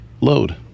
load